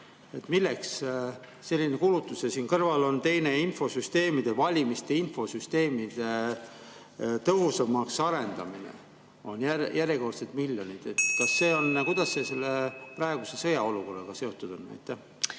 Milleks selline kulutus? Ja siin kõrval on teine: valimiste infosüsteemide tõhusamaks arendamine, järjekordsed miljonid. Kuidas see praeguse sõjaolukorraga seotud on?